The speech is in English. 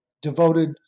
devoted